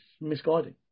Misguiding